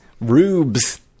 rubes